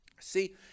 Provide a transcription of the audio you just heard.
See